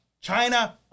China